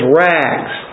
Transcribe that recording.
rags